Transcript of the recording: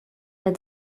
las